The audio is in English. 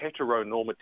heteronormativity